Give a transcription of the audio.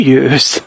use